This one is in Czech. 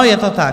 Je to tak?